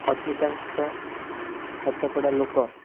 ଅଧିକାଂଶ ଶତକଡ଼ା ଲୋକ